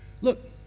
look